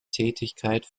tätigkeit